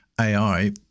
AI